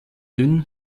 dünn